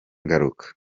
ngaruka